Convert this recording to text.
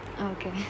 okay